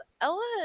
Ella